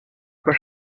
pas